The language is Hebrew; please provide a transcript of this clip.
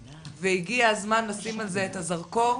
הגיע הזמן לשים על זה את הזרקור.